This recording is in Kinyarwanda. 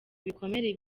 ibikomere